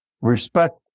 respect